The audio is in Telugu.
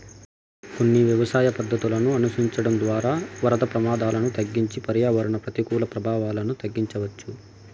కొన్ని వ్యవసాయ పద్ధతులను అనుసరించడం ద్వారా వరద ప్రమాదాలను తగ్గించి పర్యావరణ ప్రతికూల ప్రభావాలను తగ్గించవచ్చు